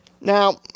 Now